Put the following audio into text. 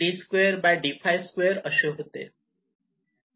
आणि म्हणून असे होते